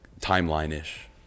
timeline-ish